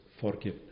forgiveness